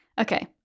Okay